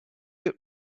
good